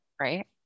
Right